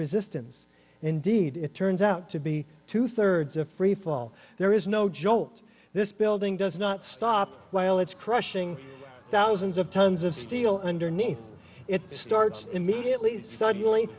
resistance indeed it turns out to be two thirds of freefall there is no jolt this building does not stop while it's crushing thousands of tons of steel underneath it starts immediately suddenly